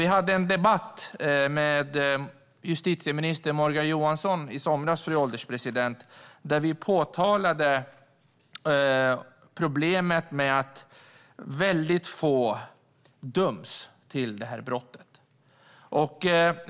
Vi hade en debatt med justitieminister Morgan Johansson i somras där vi påtalade problemet med att få döms för brottet.